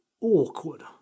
awkward